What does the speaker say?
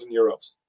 euros